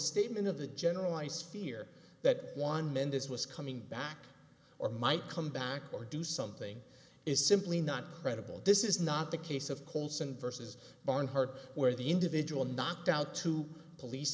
statement of the generalize fear that one man this was coming back or might come back or do something is simply not credible this is not the case of colson versus barnhart where the individual knocked out two police